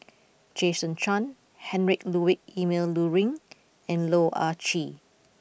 Jason Chan Heinrich Ludwig Emil Luering and Loh Ah Chee